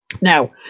now